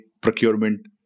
procurement